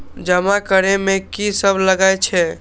जमा करे में की सब लगे छै?